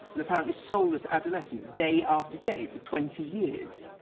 and apparently soulless adolescents, day after day for twenty years.